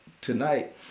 tonight